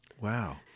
Wow